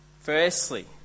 Firstly